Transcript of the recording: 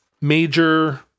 major